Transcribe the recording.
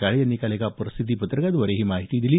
काळे यांनी काल एका प्रसिद्धीपत्रकाद्वारे ही माहिती दिली